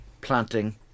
planting